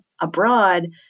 abroad